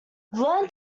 learn